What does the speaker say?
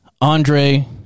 Andre